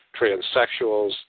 transsexuals